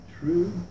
true